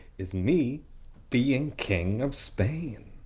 is me being king of spain.